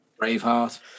Braveheart